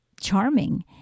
charming